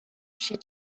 she